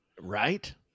Right